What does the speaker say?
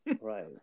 Right